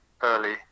early